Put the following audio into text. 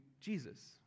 Jesus